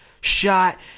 shot